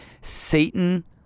Satan